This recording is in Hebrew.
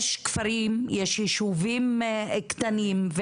יש כפרים, יש יישובים קטנים.